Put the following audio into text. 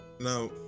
Now